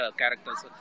characters